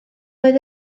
oedd